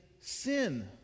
sin